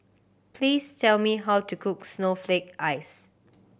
please tell me how to cook snowflake ice